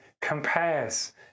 compares